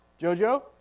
Jojo